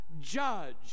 judge